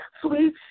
sweet